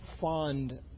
fond